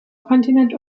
kontinent